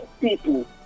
people